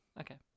Okay